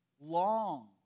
long